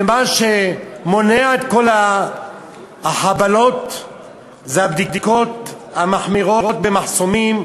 ומה שמונע את כל החבלות זה הבדיקות המחמירות במחסומים,